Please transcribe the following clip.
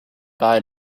bye